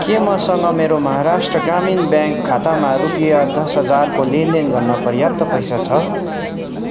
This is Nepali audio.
के मसँग मेरो महाराष्ट्र ग्रामीण ब्याङ्क खातामा रुपियाँ दस हजारको लेनदेन गर्न पर्याप्त पैसा छ